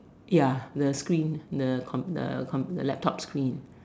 ya the scene the com~ the computer laptop scene